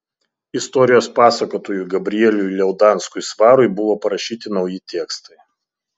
istorijos pasakotojui gabrieliui liaudanskui svarui buvo parašyti nauji tekstai